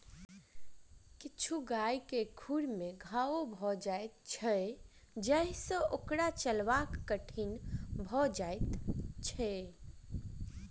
किछु गाय के खुर मे घाओ भ जाइत छै जाहि सँ ओकर चलब कठिन भ जाइत छै